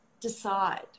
decide